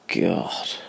God